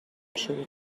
شروع